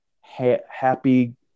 happy